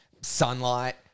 sunlight